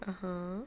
(uh huh)